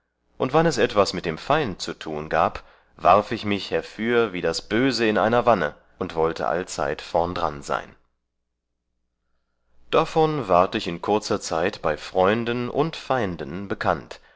und wann es etwas mit dem feind zu tun gab warf ich mich herfür wie das böse in einer wanne und wollte allzeit vorndran sein davon ward ich in kurzer zeit bei freunden und feinden bekannt